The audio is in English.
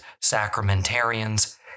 sacramentarians